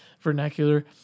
Vernacular